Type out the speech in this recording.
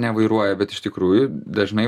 nevairuoja bet iš tikrųjų dažnai